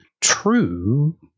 True